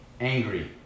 angry